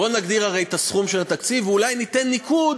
בואו נגדיר את סכום התקציב ואולי ניתן ניקוד